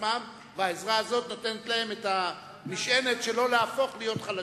לעצמם והעזרה הזאת נותנת להם את המשענת שלא להפוך להיות חלשים.